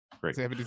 great